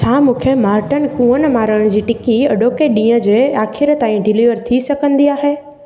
छा मुखे मॉर्टन कुअनि मारनि जी टिकी अॼोके ॾींह जे आख़िर ताईं डिलीवर थी सघंदी आहे